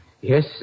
yes